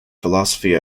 philosophy